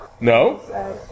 No